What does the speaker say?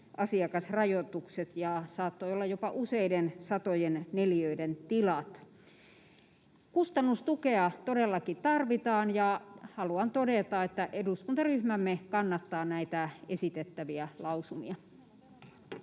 asiakasrajoitukset ja saattoi olla jopa useiden satojen neliöiden tilat. Kustannustukea todellakin tarvitaan, ja haluan todeta, että eduskuntaryhmämme kannattaa näitä esitettäviä lausumia.